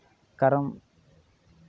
ᱠᱟᱨᱚᱱ